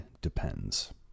depends